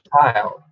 child